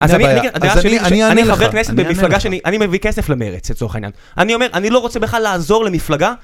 אני חבר כנסת במפלגה שאני מביא כסף למרץ לצורך העניין. אני אומר, אני לא רוצה בכלל לעזור למפלגה...